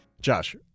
Josh